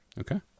Okay